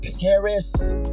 Paris